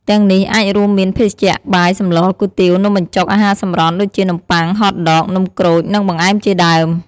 ទាំងនេះអាចរួមមាន ភេសជ្ជៈ បាយ សម្ល គុយទាវ នំបញ្ចុក អាហារសម្រន់ ដូចជា នំបុ័ង ហតដក នំក្រូច និងបង្អែមជាដើម។